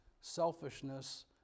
selfishness